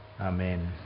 Amen